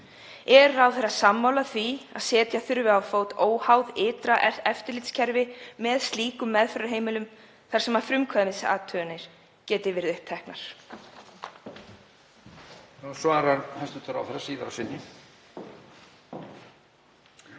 Er ráðherra sammála því að setja þurfi á fót óháð ytra eftirlitskerfi með slíkum meðferðarheimilum þar sem frumkvæðisathuganir geti verið upp teknar?